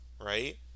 right